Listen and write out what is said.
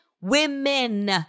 women